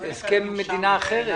זה הסכם עם מדינה אחרת.